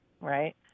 Right